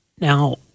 Now